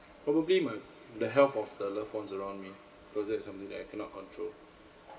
probably my the health of the loved ones around me because that's something that I cannot control